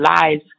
lies